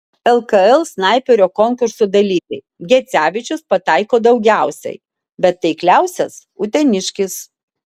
lkl snaiperio konkurso dalyviai gecevičius pataiko daugiausiai bet taikliausias uteniškis